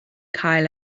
cael